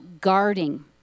guarding